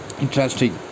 interesting